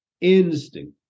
instinct